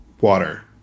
water